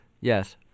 Yes